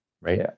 right